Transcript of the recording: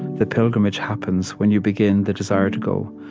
the pilgrimage happens when you begin, the desire to go.